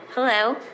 Hello